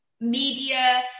media